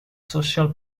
social